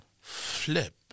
Flip